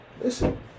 Listen